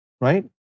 right